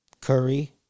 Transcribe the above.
Curry